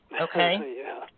Okay